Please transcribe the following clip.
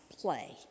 play